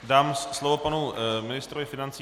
Dám slovo panu ministrovi financí.